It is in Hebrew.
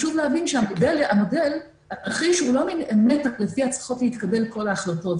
חשוב להבין שהתרחיש הוא לא מין אמת שלפיה צריכות להתקבל כל ההחלטות.